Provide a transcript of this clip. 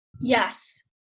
Yes